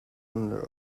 under